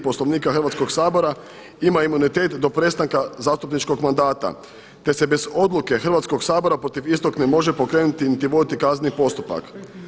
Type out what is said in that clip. Poslovnika Hrvatskog sabora ima imunitet do prestanka zastupničkog mandata te se bez odluke Hrvatskog sabora protiv istog ne može pokrenuti niti voditi kazneni postupak.